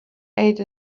ate